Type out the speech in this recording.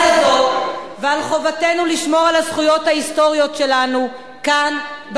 הזאת ולחובתנו לשמור על הזכויות ההיסטוריות שלנו כאן,